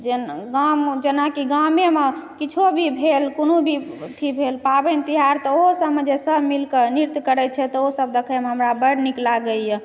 गाम जेनाकि गामेमे किछु भी भेल कोनो भी अथि भेल पाबनि तिहार तऽ ओहो सबमे जे सब मिलिकऽ नृत्य करै छै तऽ ओ सबऽ देखैमे हमरा बड्ड नीक लागैए